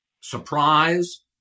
surprise